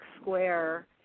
Square